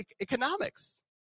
economics